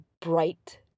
bright